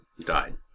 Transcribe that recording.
Died